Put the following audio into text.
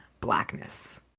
blackness